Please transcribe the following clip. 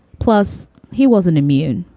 plus, he wasn't immune.